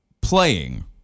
playing